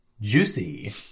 Juicy